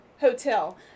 Hotel